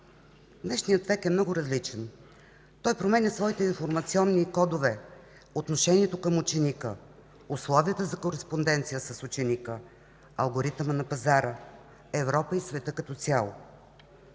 Днешният век е много различен. Той променя своите информационни кодове, отношението към ученика, условията за кореспонденция с ученика, алгоритъма на пазара, Европа и света като цяло.